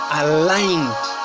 aligned